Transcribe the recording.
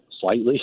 slightly